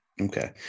Okay